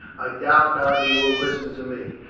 i doubt not he will listen to me.